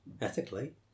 Ethically